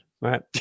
Right